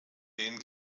den